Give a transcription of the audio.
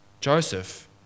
Joseph